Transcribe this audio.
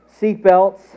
seatbelts